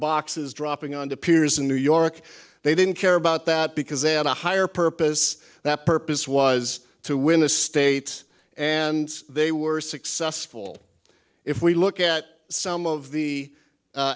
boxes dropping and appears in new york they didn't care about that because they had a higher purpose that purpose was to win the states and they were successful if we look at some of the